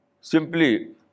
simply